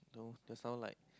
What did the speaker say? just now like